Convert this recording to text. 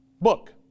book